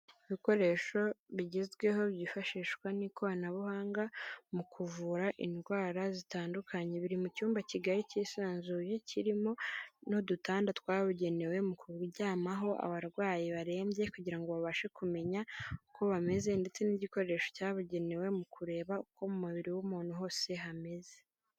Ibikoresho bigezweho byifashishwa n'ikoranabuhanga mu kuvura indwara zitandukanye, biri mu cyumba kigari kisanzuye kirimo n'udutanda twabugenewe mu kuryamaho abarwayi barembye kugira ngo babashe kumenya uko bameze ndetse n'igikoresho cyabugenewe mu kureba uko mu mubiri w'umuntu hose hameze.